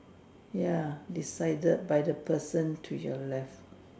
ya decided by the person to your left